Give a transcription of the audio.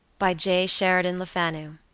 by j. sheridan lefanu